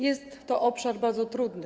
Jest to obszar bardzo trudny.